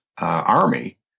army